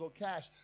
cash